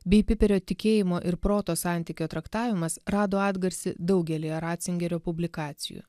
bei piperio tikėjimo ir proto santykio traktavimas rado atgarsį daugelyje ratzingerio publikacijų